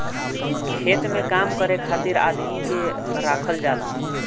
खेत में काम करे खातिर आदमी के राखल जाला